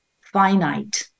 finite